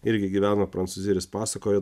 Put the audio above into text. irgi gyveno prancūzijoje pasakojo